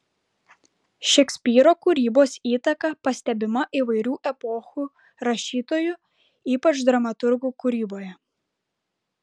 šekspyro kūrybos įtaka pastebima įvairių epochų rašytojų ypač dramaturgų kūryboje